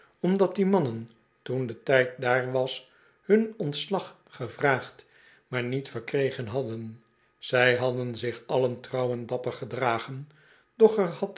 omdat die mannen toen de tijd daar was hun ontslag gevraagd maar niet verkregen hadden zij hadden zich allen trouw en dapper gedragen doch